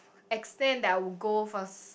extent that will I go for